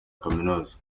kaminuza